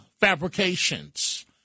Fabrications